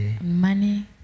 money